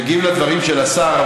מגיב על הדברים של השר,